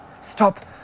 Stop